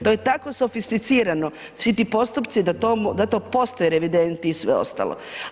To je tako sofisticirano svi ti postupci da to postoji revident i sve ostalo.